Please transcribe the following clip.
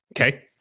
Okay